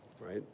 right